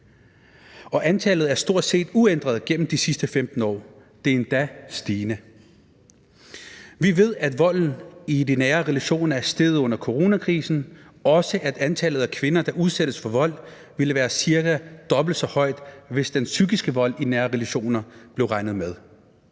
Antallet er stort set uændret igennem de sidste 15 år, og nu er det endda stigende. Vi ved, at volden i de nære relationer er steget under coronakrisen, og også, at antallet af kvinder, der udsættes for vold, ville være cirka dobbelt så højt, hvis den psykiske vold i nære relationer blev regnet med.